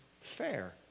fair